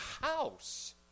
house